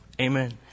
Amen